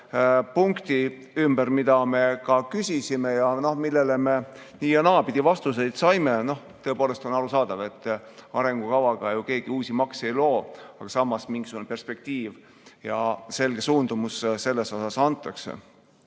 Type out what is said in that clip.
kuue punkti ümber, mida me küsisime ja millele me nii- ja naapidi vastuseid saime. Tõepoolest on arusaadav, et arengukavaga ju keegi uusi makse ei loo, aga samas mingisugune perspektiiv ja selge suundumus selles osas, kuhu